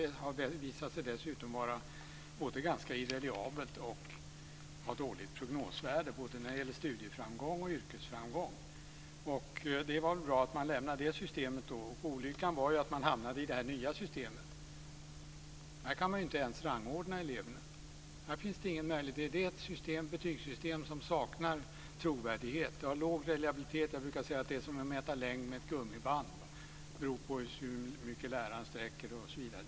Det har visat sig både ganska irreliabelt och hade dåligt prognosvärde när det gäller både studieframgång och yrkesframgång. Det var bra att man lämnade det systemet. Olyckan var att man hamnade i det nya systemet. Här kan man inte ens rangordna eleverna. Det nya systemet är ett betygssystem som saknar trovärdighet. Det har låg reliabilitet. Det är som att mäta längd med ett gummiband. Det beror på hur mycket lärare sträcker osv.